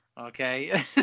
okay